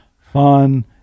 fun